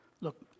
Look